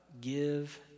Give